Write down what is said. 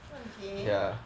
okay